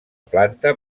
planta